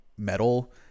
metal